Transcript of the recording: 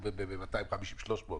סעיף 253(ד)(1)